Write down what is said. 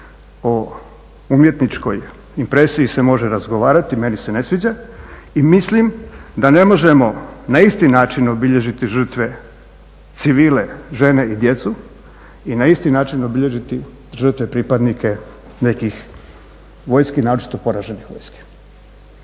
o umjetničkoj impresiji se može razgovarati, meni se ne sviđa i mislim da ne možemo na isti način obilježiti žrtve civile, žene i djece i na isti način obilježiti žrtve pripadnike nekih vojski, naročito poraženih vojski.